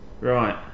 right